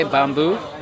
Bamboo